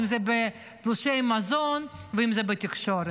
אם זה בתלושי מזון ואם זה בתקשורת.